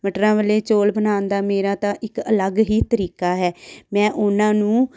ਮਟਰਾਂ ਵਾਲੇ ਚੌਲ ਬਣਾਉਣ ਦਾ ਮੇਰਾ ਤਾਂ ਇੱਕ ਅਲੱਗ ਹੀ ਤਰੀਕਾ ਹੈ ਮੈਂ ਉਹਨਾਂ ਨੂੰ